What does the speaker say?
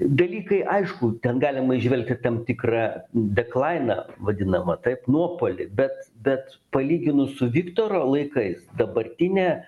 dalykai aišku ten galima įžvelgti tam tikrą deklainą vadinamą taip nuopuolį bet bet palyginus su viktoro laikais dabartinė